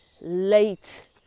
late